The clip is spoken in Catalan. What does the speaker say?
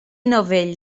novell